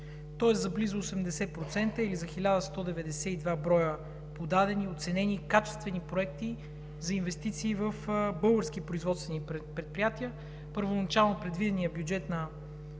Тоест за близо 80% или за 1192 броя подадени, оценени, качествени проекти за инвестиции в български производствени предприятия първоначално предвидения бюджет на